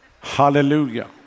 Hallelujah